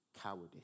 cowardice